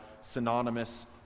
synonymous